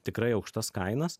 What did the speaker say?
tikrai aukštas kainas